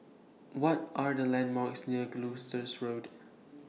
What Are The landmarks near Gloucester Road